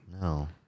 No